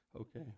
Okay